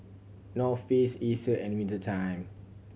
North Face Acer and Winter Time